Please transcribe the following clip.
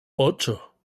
ocho